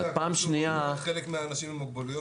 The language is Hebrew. פעם שנייה --- חלק מהאנשים עם מוגבלויות,